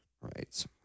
right